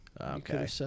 Okay